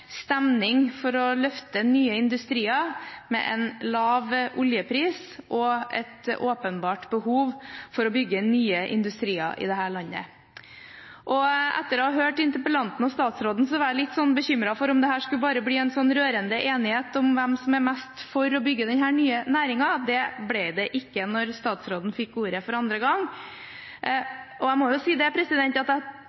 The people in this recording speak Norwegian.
stemning for å løfte nye industrier med en lav oljepris og et åpenbart behov for å bygge nye industrier i dette landet. Etter å ha hørt interpellanten og statsråden var jeg litt bekymret for om dette bare skulle bli en rørende enighet om hvem som er mest for å bygge denne nye næringen. Det ble det ikke da statsråden fikk ordet for andre gang.